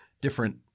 different